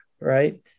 Right